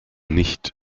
nicht